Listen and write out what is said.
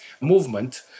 movement